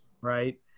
right